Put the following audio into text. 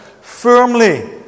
firmly